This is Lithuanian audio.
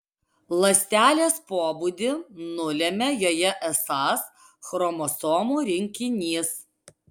ląstelės pobūdį nulemia joje esąs chromosomų rinkinys